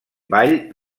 ball